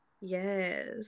Yes